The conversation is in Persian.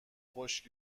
خشک